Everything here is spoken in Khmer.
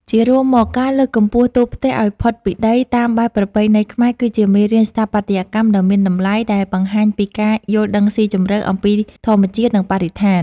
ជារួមមក ការលើកកម្ពស់តួផ្ទះឱ្យផុតពីដីតាមបែបប្រពៃណីខ្មែរ គឺជាមេរៀនស្ថាបត្យកម្មដ៏មានតម្លៃដែលបង្ហាញពីការយល់ដឹងស៊ីជម្រៅអំពីធម្មជាតិ និងបរិស្ថាន។